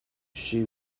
she